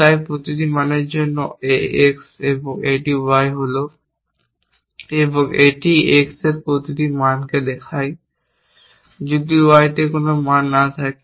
তাই এটি প্রতিটি মানের জন্য এটি AX এবং এটি Y হল এবং এটি X এর প্রতিটি মান দেখায়। যদি Y তে কোন মান না থাকে